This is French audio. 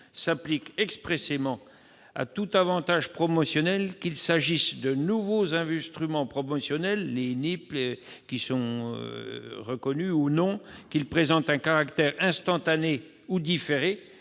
s'applique expressément à tous les avantages promotionnels, qu'il s'agisse de nouveaux instruments promotionnels- les NIP -ou non, qu'ils présentent un caractère instantané ou différé-